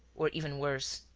or, even worse,